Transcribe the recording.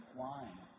wine